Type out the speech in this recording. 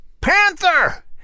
Panther